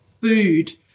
food